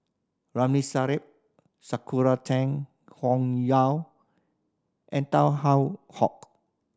Ramli Sarip Sakura Teng and Tan How Hock